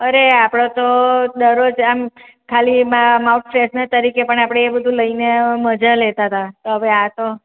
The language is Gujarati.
અરે આપણે તો દરરોજ આમ ખાલીમાં માઉથ ટેસ્ટનાં તરીકે પણ આપણે એ બધું લઈને મજા લેતા હતા તો હવે આ તો